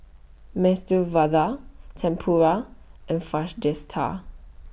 Medu Vada Tempura and